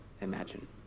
imagine